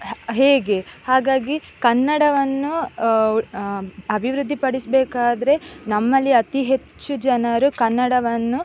ಹೇಗೆ ಹಾಗಾಗಿ ಕನ್ನಡವನ್ನು ಅಭಿವೃದ್ಧಿ ಪಡಿಸಬೇಕಾದ್ರೆ ನಮ್ಮಲ್ಲಿ ಅತಿ ಹೆಚ್ಚು ಜನರು ಕನ್ನಡವನ್ನು